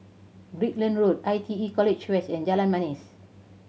Brickland Road I T E College West and Jalan Manis